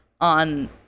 on